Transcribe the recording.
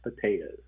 potatoes